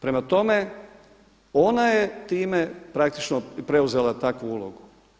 Prema tome, ona je time praktično preuzela takvu ulogu.